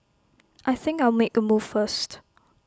I think I'll make A move first